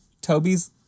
toby's